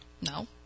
No